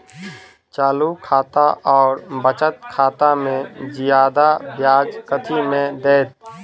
चालू खाता आओर बचत खातामे जियादा ब्याज कथी मे दैत?